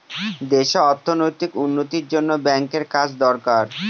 দেশে অর্থনৈতিক উন্নতির জন্য ব্যাঙ্কের কাজ দরকার